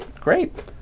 great